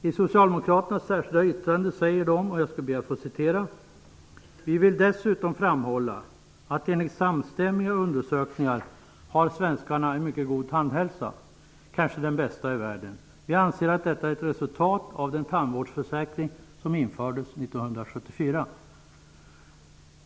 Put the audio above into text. I socialdemokraternas särskilda yttrande säger de: ''Vi vill dessutom framhålla att enligt samstämmiga undersökningar har svenskarna en mycket god tandhälsa, kanske den bästa i världen. Vi anser att detta är resultatet av den tandvårdsförsäkring som infördes 1974.